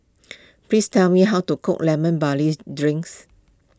please tell me how to cook Lemon Barley Drinks